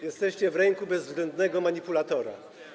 Jesteście w ręku bezwzględnego manipulatora.